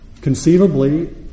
Conceivably